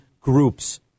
groups